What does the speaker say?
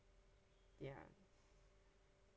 ya